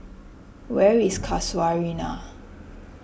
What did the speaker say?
where is Casuarina